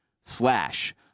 slash